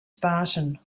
spartan